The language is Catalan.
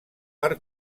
per